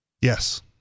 Yes